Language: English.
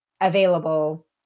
available